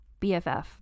BFF